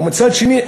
ומצד שני,